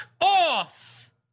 off